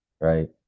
right